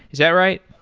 is that right?